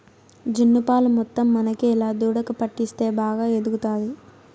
జున్ను పాలు మొత్తం మనకేలా దూడకు పట్టిస్తే బాగా ఎదుగుతాది